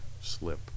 slip